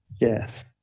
Yes